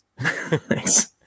Thanks